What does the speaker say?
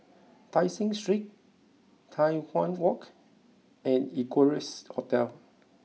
Tai Seng Street Tai Hwan Walk and Equarius Hotel